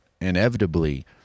inevitably